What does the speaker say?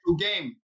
game